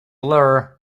blur